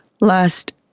Last